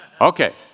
Okay